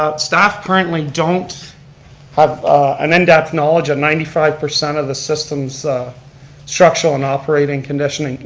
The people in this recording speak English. ah staff currently don't have an in-depth knowledge of ninety five percent of the system's structural and operating conditions.